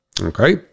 okay